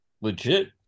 legit